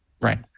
Right